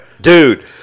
dude